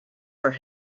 for